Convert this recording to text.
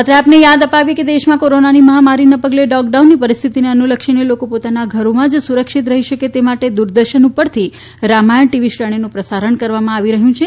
અત્રે એ યાદ આપીએ કે દેશમાં કોરોનાની મહામારીને પગલે લોકડાઉનની પરિસ્થિતિને અનુલક્ષીને લોકો પોતાના જ ઘરોમાં સુરક્ષિત રહી શકે તે માટે દૂરદર્શન ઉપરથી રામાયણ ટીવી શ્રેણીનું પ્રસારણ કરવામાં આવી રહ્યું છે